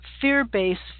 fear-based